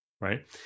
Right